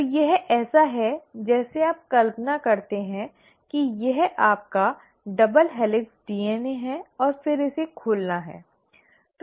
तो यह ऐसा है जैसे आप कल्पना करते हैं कि यह आपका डबल हेलिक्स डीएनए है और फिर इसे खोलना है